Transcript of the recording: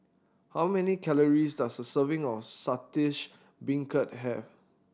how many calories does a serving of Saltish Beancurd have